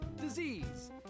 disease